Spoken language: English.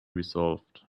resolved